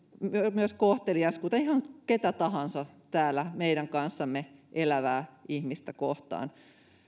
myös kohteliaita kuten ihan ketä tahansa täällä meidän kanssamme elävää ihmistä kohtaan